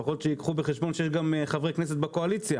לפחות שייקחו בחשבון שיש גם חברי כנסת בקואליציה